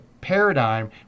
paradigm